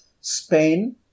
Spain